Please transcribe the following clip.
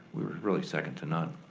we were really second to none.